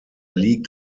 liegt